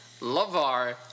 LaVar